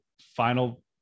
final